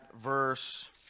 verse